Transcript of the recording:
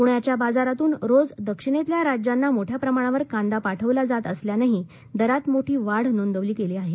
पुण्याच्या बाजारातून रोज दक्षिणेतल्या राज्यांना मोठ्या प्रमाणावर कांदा पाठवला जात असल्यानही दरात मोठी वाढ नोंदवण्यात आली आहे